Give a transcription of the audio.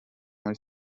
muri